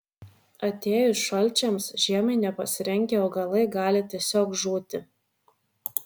atėjus šalčiams žiemai nepasirengę augalai gali tiesiog žūti